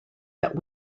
that